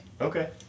Okay